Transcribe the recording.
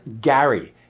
Gary